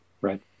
Right